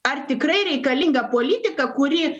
ar tikrai reikalinga politika kuri